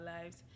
lives